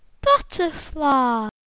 butterfly